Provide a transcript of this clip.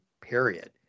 period